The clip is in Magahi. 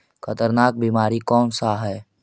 खतरनाक बीमारी कौन सा है?